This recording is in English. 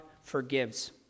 forgives